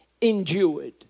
endured